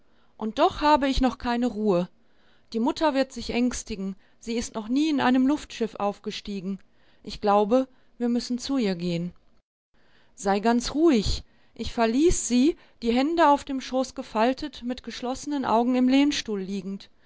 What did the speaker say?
und doch habe ich noch keine ruhe die mutter wird sich ängstigen sie ist noch nie in einem luftschiff aufgestiegen ich glaube wir müssen zu ihr gehen sei ganz ruhig ich verließ sie die hände auf dem schoß gefaltet mit geschlossenen augen im lehnstuhl liegend